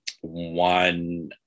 One